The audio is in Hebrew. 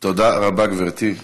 תודה רבה, גברתי.